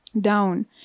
down